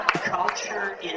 culture